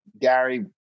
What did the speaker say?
Gary